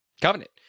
covenant